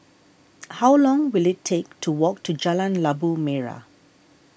how long will it take to walk to Jalan Labu Merah